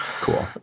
Cool